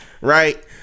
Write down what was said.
right